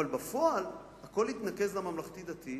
אבל בפועל הכול התנקז לממלכתי-דתי,